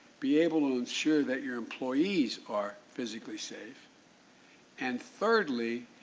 be able to ensure that your employees are physically safe and thirdly,